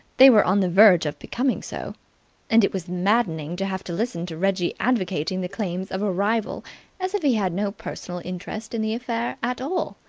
they were on the verge of becoming so and it was maddening to have to listen to reggie advocating the claims of a rival as if he had no personal interest in the affair at all.